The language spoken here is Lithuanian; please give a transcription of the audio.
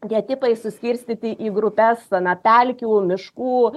tie tipai suskirstyti į grupes na pelkių miškų